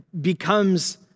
becomes